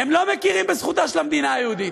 הם לא מכירים בזכותה של המדינה היהודית.